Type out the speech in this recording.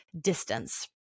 distance